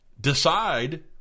decide